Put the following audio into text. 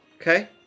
Okay